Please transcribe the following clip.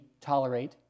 tolerate